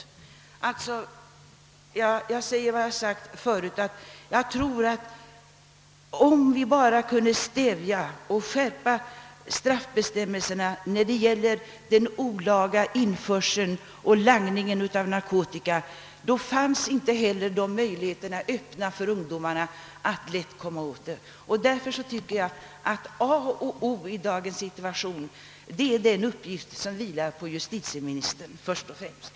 Jag upprepar alltså vad jag förut sagt: Om vi kunde stävja den olaga införseln och langningen av narkotika genom en skärpning av straffbestämmelserna, så skulle ungdomarna inte ha möjlighet att lätt komma åt narkotika. Därför tycker jag att A och O i dagens situation är den uppgift som först och främst vilar på justitieministern.